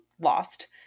lost